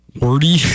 wordy